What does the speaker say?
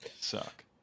Suck